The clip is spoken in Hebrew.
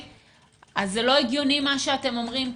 אז לא הגיוני מה שאתם אומרים כאן.